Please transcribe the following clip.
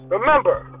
Remember